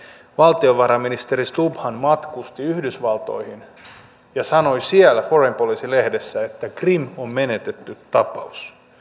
nimittäin valtiovarainministeri stubbhan matkusti yhdysvaltoihin ja sanoi siellä foreign policy lehdessä että krim on menetetty tapaus